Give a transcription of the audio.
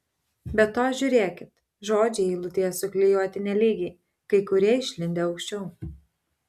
be to žiūrėkit žodžiai eilutėje suklijuoti nelygiai kai kurie išlindę aukščiau